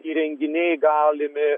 įrenginiai galimi